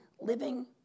living